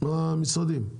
המשרדים.